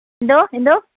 എന്തോ എന്തോ